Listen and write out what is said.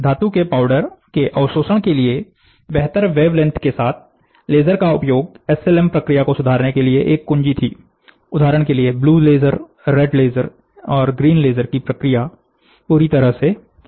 धातु के पाउडर के अवशोषण के लिए बेहतर वेवलेंथ के साथ लेजर का उपयोग एस एल एम प्रक्रिया को सुधारने के लिए एक कुंजी थी उदाहरण के लिए ब्लू लेजर रेड लेजर और ग्रीन लेजर की प्रतिक्रिया पूरी तरह से अलग है